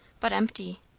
but empty.